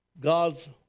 God's